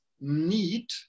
need